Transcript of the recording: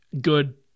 good